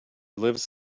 lives